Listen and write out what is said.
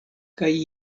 kaj